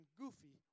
goofy